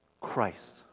Christ